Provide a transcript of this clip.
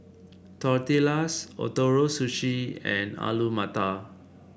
Tortillas Ootoro Sushi and Alu Matar